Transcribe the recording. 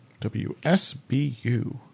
WSBU